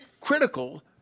critical